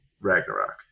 Ragnarok